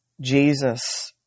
Jesus